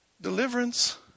deliverance